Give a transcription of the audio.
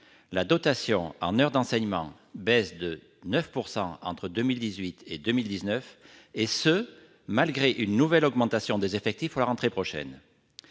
la dotation en heures d'enseignement baisse de 9 % entre 2018 et 2019, et ce malgré une nouvelle augmentation des effectifs pour la rentrée prochaine.